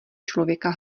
člověka